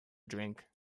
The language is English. drink